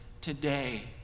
today